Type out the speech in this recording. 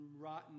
rotten